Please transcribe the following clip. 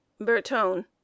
Bertone